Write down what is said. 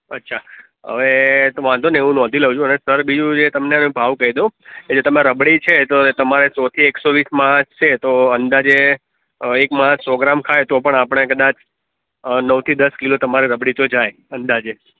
અચ્છા હવે તો વાંધો નહીં હું નોધી લઉં છું અને સર બીજું જે તમને મેં ભાવ કહી દઉં એટલે તમારે રબડી છે તો તમારે સો થી એક સો વીસમાં છે તો અંદાજે હવે એક માણસ સો ગ્રામ ખાય તો પણ આપણે કદાચ અ નવથી દસ કિલો તમારે રબડી તો જાય અંદાજે